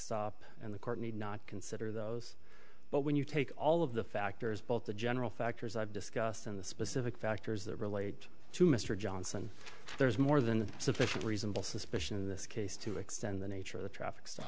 stop and the court need not consider those but when you take all of the factors both the general factors i've discussed in the specific factors that relate to mr johnson there is more than sufficient reasonable suspicion in this case to extend the nature of the traffic s